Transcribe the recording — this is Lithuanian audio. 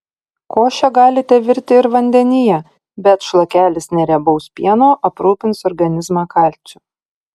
košę galite virti ir vandenyje bet šlakelis neriebaus pieno aprūpins organizmą kalciu